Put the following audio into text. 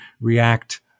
react